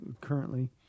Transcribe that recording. currently